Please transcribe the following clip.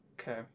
okay